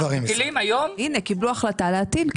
הנה, קיבלו החלטה להטיל.